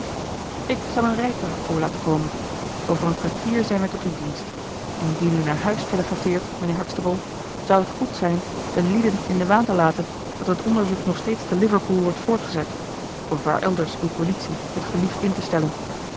ik zal een rijtuig voor laten komen over een kwartier zijn wij tot uw dienst indien u naar huis telegrafeert mijnheer huxtable zou het goed zijn de lieden in den waan te laten dat het onderzoek nog steeds te liverpool wordt voortgezet of waar elders uw politie het gelieft in te stellen